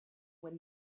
when